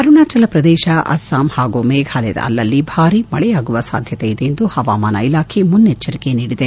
ಅರುಣಾಚಲ ಪ್ರದೇಶ ಅಸ್ವಾಂ ಹಾಗೂ ಮೇಘಾಲಯದ ಅಲ್ಲಲ್ಲಿ ಭಾರೀ ಮಳೆಯಾಗುವ ಸಾಧ್ಯತೆಯಿದೆ ಎಂದು ಹವಾಮಾನ ಇಲಾಖೆ ಮುನ್ನೆಚ್ಲರಿಕೆ ನೀಡಿದೆ